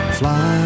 fly